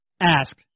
ask